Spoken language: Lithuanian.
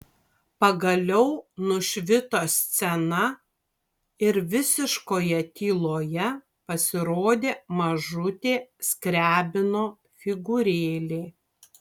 pagaliau nušvito scena ir visiškoje tyloje pasirodė mažutė skriabino figūrėlė